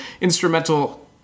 instrumental